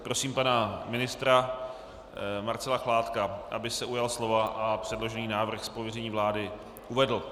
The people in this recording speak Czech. Prosím pana ministra Marcela Chládka, aby se ujal slova a předložený návrh z pověření vlády uvedl.